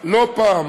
לא פעם